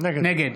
נגד